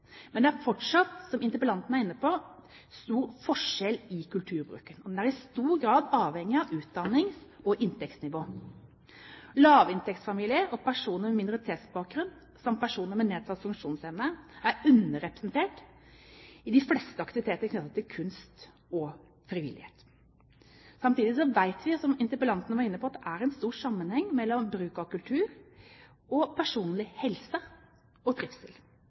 Men det er fortsatt, som interpellanten var inne på, stor forskjell i kulturbruken. Den er i stor grad avhengig av utdannings- og inntektsnivå. Lavinntektsfamilier og personer med minoritetsbakgrunn samt personer med nedsatt funksjonsevne er underrepresentert i de fleste aktiviteter knyttet til kunst og frivillighet. Samtidig vet vi, som interpellanten var inne på, at det er stor sammenheng mellom bruk av kultur og personlig helse og